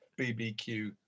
BBQ